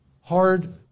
hard